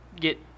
get